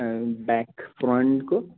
A back फ्रन्टको